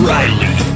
Riley